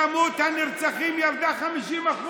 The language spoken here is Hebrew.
כמות הנרצחים ירדה ל-50%,